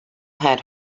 had